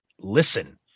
listen